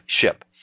ship